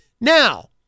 Now